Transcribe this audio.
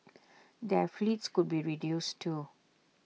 their fleets could be reduced too